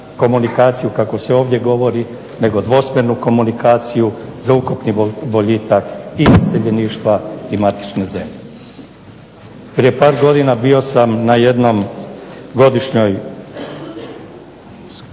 komunikaciju kako se ovdje govori nego dvosmjernu komunikaciju za ukupni boljitak i iseljeništva i matične zemlje. Prije par godina bio sam na jednom godišnjem